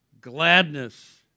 Gladness